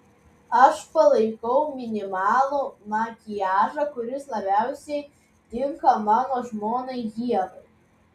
aš palaikau minimalų makiažą kuris labiausiai tinka mano žmonai ievai